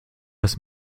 das